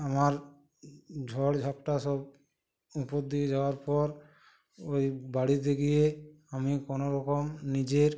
আমার ঝড় ঝাপটা সব উপর দিয়ে যাওয়ার পর ওই বাড়িতে গিয়ে আমি কোনো রকম নিজের